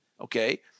Okay